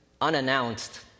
unannounced